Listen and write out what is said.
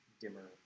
dimmer